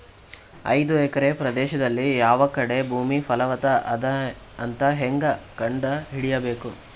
ಐದು ಎಕರೆ ಪ್ರದೇಶದಲ್ಲಿ ಯಾವ ಕಡೆ ಭೂಮಿ ಫಲವತ ಅದ ಅಂತ ಹೇಂಗ ಕಂಡ ಹಿಡಿಯಬೇಕು?